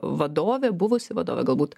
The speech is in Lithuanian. vadovė buvusi vadovė galbūt